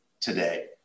today